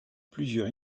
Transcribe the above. plusieurs